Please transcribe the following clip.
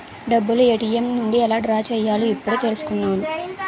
డబ్బులు ఏ.టి.ఎం నుండి ఎలా డ్రా చెయ్యాలో ఇప్పుడే తెలుసుకున్నాను